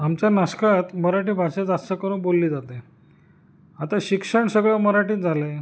आमच्या नाशकात मराठी भाषा जास्त करून बोलली जाते आता शिक्षण सगळं मराठीत झालं आहे